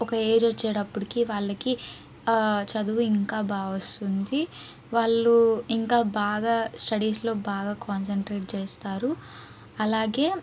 ఒక ఏజ్ వచ్చేటప్పటికి వాళ్ళకి చదువు ఇంకా బాగా వస్తుంది వాళ్ళు ఇంకా బాగా స్టడీస్లో బాగా కాన్సంట్రేట్ చేస్తారు అలాగే